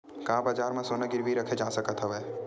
का बजार म सोना गिरवी रखे जा सकत हवय?